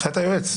הנחיית היועץ.